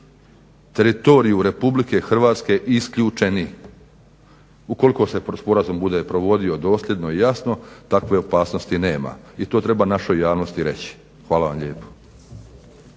teritoriju RH isključeni. Ukoliko se sporazum bude provodio dosljedno i jasno takve opasnosti nema. I to treba našoj javnosti reći. Hvala vam lijepo.